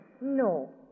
No